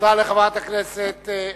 תודה לחברת הכנסת ברקוביץ.